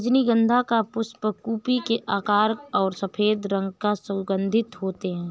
रजनीगंधा का पुष्प कुप्पी के आकार का और सफेद रंग का सुगन्धित होते हैं